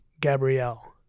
Gabrielle